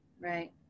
Right